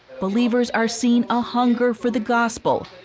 believers are seeing a hunger for the gospel,